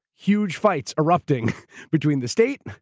huge fights erupting between the state,